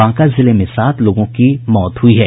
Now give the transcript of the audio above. बांका जिले में सात लोगों की मौत हुई है